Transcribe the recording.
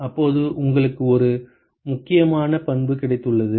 அப்போது உங்களுக்கு ஒரு முக்கியமான பண்பு கிடைத்துள்ளது